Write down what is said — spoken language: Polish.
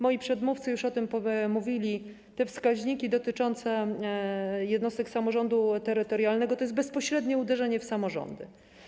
Moi przedmówcy już o tym mówili, że te wskaźniki dotyczące jednostek samorządu terytorialnego stanowią bezpośrednie uderzenie w samorządy.